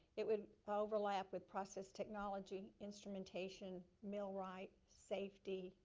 it would overlap with process technology, instrumentation, millright, safety,